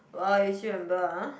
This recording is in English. !wah! you still remember ah